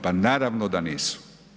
Pa naravno da nisu.